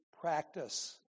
practice